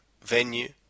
venue